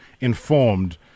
informed